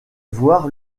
voir